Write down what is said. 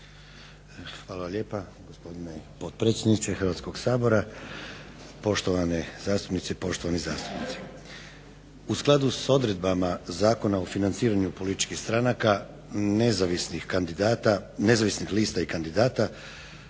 Hvala lijepa gospodine potpredsjedniče Hrvatskog sabora, poštovane zastupnice i poštovani zastupnici. U skladu s odredbama Zakona o financiranju političkih stranaka, nezavisnih lista i kandidata